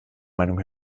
meinung